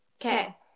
Okay